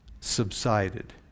subsided